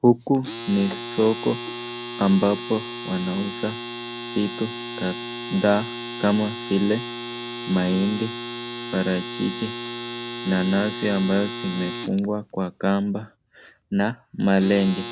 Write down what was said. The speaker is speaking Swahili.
Huku ni soko ambapo wanauza vitu kadhaa kama vile, mahindi, parachichi, nanasi ambazo zimefungwa kwa kamba na malenge.